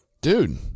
dude